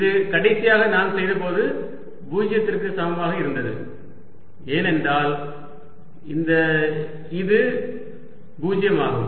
இது கடைசியாக நாம் செய்தபோது 0 க்கு சமமாக இருந்தது ஏனென்றால் இந்த இது 0 ஆகும்